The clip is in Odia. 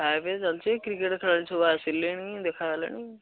ଖାଇବା ପିଇବା ଚାଲିଛି କ୍ରିକେଟ୍ ଖେଳାଳୀ ସବୁ ଆସିଲେଣି ଦେଖା ହେଲେଣି